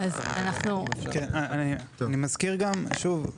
אני מזכיר, שוב: